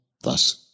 Thus